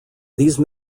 these